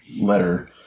letter